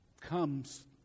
comes